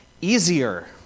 easier